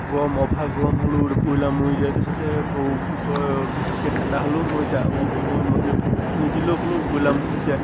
গৰম অভাৰ গৰম হ'লেও ব্ৰইলাৰ মৰি যায় তাৰপিছতে আকৌ কি কয় বেছিকৈ ঠাণ্ডা হ'লেও মৰি যায় আকৌ সময়মতে ভেকচিন নিদিলেও ক'লেও ব্ৰইলাৰ মৰি যায়